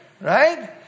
right